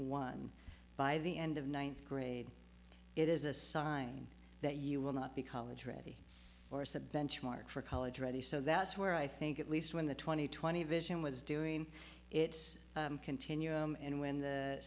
one by the end of ninth grade it is a sign that you will not be college ready or said benchmark for college ready so that's where i think at least when the twenty twenty vision was doing it continue and when the